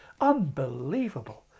unbelievable